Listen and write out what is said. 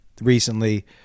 recently